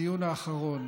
הדיון האחרון